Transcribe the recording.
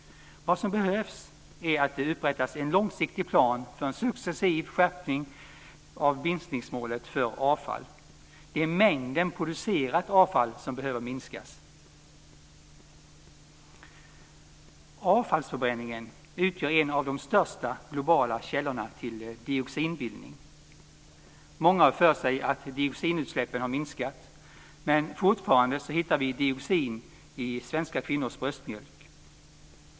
Vad som behövs är att det upprättas en långsiktig plan för en successiv skärpning av minskningsmålet för avfall. Det är mängden producerat avfall som behöver minskas. Avfallsförbränningen utgör en av de största globala källorna till dioxinbildning. Många har för sig att dioxinutsläppen har minskat, men fortfarande hittar vi dioxin i svenska kvinnors bröstmjölk.